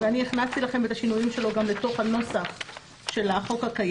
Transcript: עסק של 100 מקומות ישיבה שאומרים לו שהוא יכול